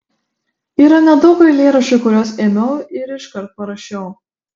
yra nedaug eilėraščių kuriuos ėmiau ir iškart parašiau